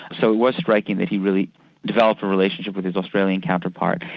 so it was striking that he really developed a relationship with his australian counterpart.